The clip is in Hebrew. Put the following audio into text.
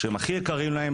שהם הכי יקרים להם,